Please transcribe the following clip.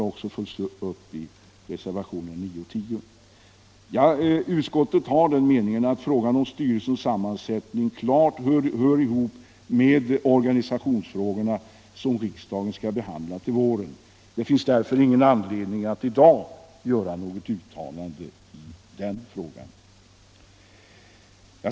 Utskottet har den meningen att frågan om styrelsens sammansättning klart hör ihop med organisationsfrågorna, som riksdagen skall behandla till våren. Det finns därför ingen anledning att i dag göra något uttalande i den frågan.